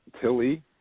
Tilly